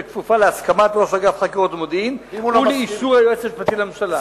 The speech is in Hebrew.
כפופה להסכמת ראש אגף חקירות ומודיעין ולאישור היועץ המשפטי לממשלה.